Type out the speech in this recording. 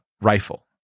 rifle